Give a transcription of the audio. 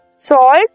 Salt